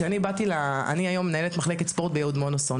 אני היום מנהלת מחלקת ספורט ביהוד-מונוסון.